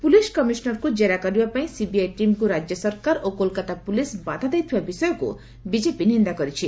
police କମିଶନରଙ୍କୁ ଜେରା କରିବା ପାଇଁ ସିବିଆଇ ଟିମ୍କୁ ରାଜ୍ୟ ସରକାର ଓ କୋଲକାତା ପୁଲିସ୍ ବାଧା ଦେଇଥିବା ବିଷୟକୁ ବିଜେପି ନିନ୍ଦା କରିଛି